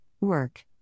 Work